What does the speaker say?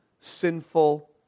sinful